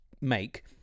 make